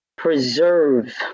Preserve